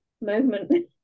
moment